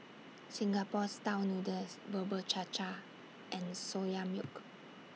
Singapore Style Noodles Bubur Cha Cha and Soya Milk